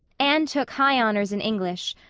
anne took high honors in english.